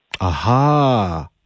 Aha